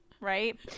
right